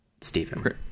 Stephen